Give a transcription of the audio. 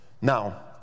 Now